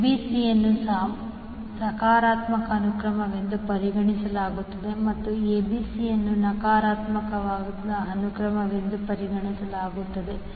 abc ಯನ್ನು ಸಕಾರಾತ್ಮಕ ಅನುಕ್ರಮವೆಂದು ಪರಿಗಣಿಸಲಾಗುತ್ತದೆ ಮತ್ತು abc ಯನ್ನು ನಕಾರಾತ್ಮಕ ಹಂತದ ಅನುಕ್ರಮವೆಂದು ಪರಿಗಣಿಸಲಾಗುತ್ತದೆ